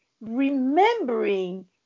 remembering